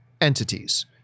entities